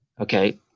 Okay